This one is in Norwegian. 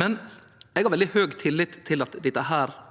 Men eg har veldig høg tillit til at dette